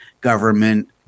government